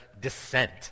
descent